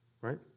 Right